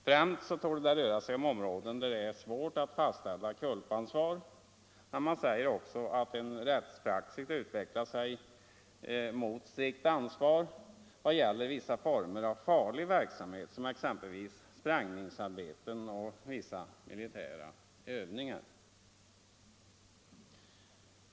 Främst torde det röra sig om områden där det är svårt att fastställa culpaansvar, men man säger också att en rättspraxis utvecklat sig mot strikt ansvar vad gäller vissa former av farlig verksamhet, exempelvis sprängningsarbeten och militära övningar.